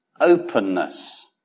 openness